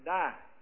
die